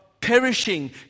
perishing